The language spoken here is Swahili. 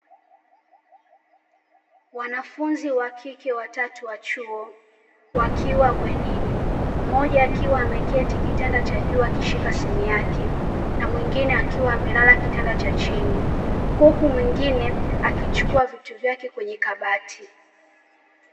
Wanafunzi wakike watatu wa chuo wakiwa bwenini, mmoja akiwa ameketi kitanda cha juu akishika simu yake na mwingine akiwa amelala kitanda cha chini, huku mwingine akichukua vitu vyake kwenye kabati.